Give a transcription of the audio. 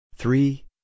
Three